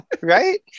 Right